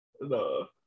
No